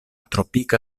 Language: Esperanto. tropika